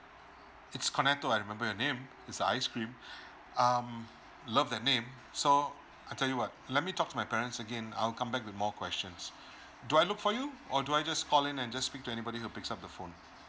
it's kenato i remember your name it's a ice cream um love that name so I tell you what let me talk to my parents again I'll come back with more questions do I look for you or do I just call in and just speak to anybody who picks up the phone